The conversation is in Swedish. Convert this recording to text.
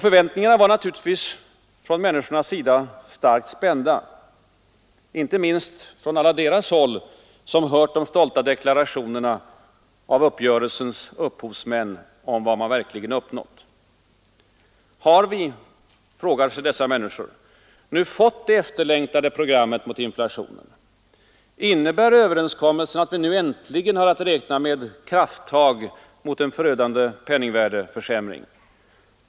Förväntningarna bland människorna var naturligtvis spända, inte minst bland alla dem som hört de stolta deklarationerna av uppgörelsens upphovsmän om vad man verkligen uppnått. Har vi, frågar sig dessa människor, nu fått det efterlängtade programmet mot inflationen? Innebär överenskommelsen att vi nu äntligen har att räkna med krafttag mot den förödande penningvärdeförsämringen?